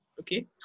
Okay